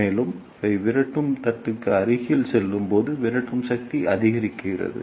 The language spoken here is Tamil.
மேலும் அவை விரட்டும் தட்டுக்கு அருகில் செல்லும்போது விரட்டும் சக்தி அதிகரிக்கிறது